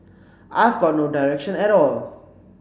I have got no direction at all